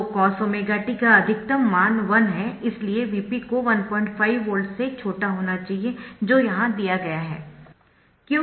तो cos ⍵t का अधिकतम मान 1 है इसलिए Vp को 15 वोल्ट से छोटा होना चाहिए जो वहां दिया गया है